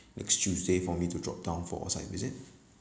next tuesday for me to drop down for a site visit